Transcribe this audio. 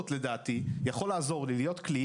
לדעתי הדוח הזה יכול בקלות לעזור לי, להיות כלי.